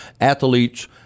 athletes